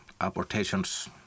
abortations